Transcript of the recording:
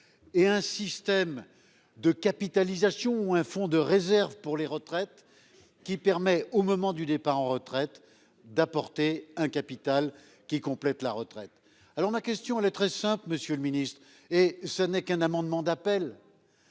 Et un système de capitalisation, un fonds de réserve pour les retraites qui permet au moment du départ en retraite d'apporter un capital qui complètent la retraite, alors ma question elle est très simple, Monsieur le Ministre et ce n'est qu'un amendement d'appel.